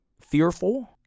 fearful